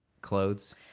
clothes